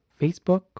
Facebook